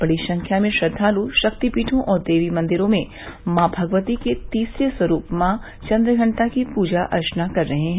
बड़ी संख्या में श्रद्वालु शक्तिपीठो और देवी मंदिरों में मॉ भगवती के स्वरूप मॉ चन्द्वघण्टा की पूवा अर्वना कर रहे हैं